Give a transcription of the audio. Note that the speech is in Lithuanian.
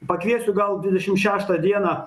pakviesiu gal dvidešim šeštą dieną